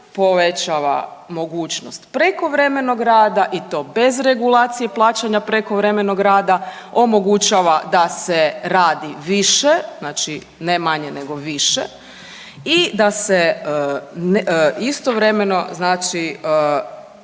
povećava mogućnost prekovremenog rada i to bez regulacije plaćanja prekovremenog rada, omogućava da se radi više, znači ne manje nego više i da se istovremeno znači